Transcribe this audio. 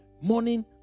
morning